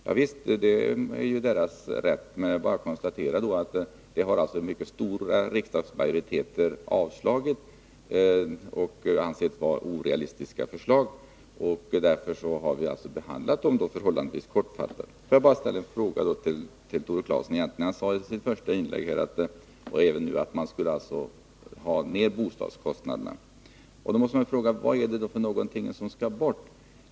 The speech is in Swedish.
Javisst, vpk har naturligtvis rätt att göra detta, men jag vill bara konstatera att mycket stora riksdagsmajoriteter har avslagit vad vi anser vara orealistiska förslag och att vi därför har behandlat dessa förhållandevis kortfattat. Låt mig bara ställa en fråga till Tore Claeson. Han sade i sitt första inlägg att bostadskostnaderna skall nedbringas. Jag måste då fråga: På vilka punkter måste de skäras ned?